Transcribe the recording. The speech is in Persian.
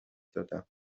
دادم